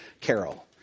carol